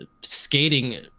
skating